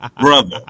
brother